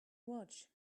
watch